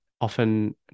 often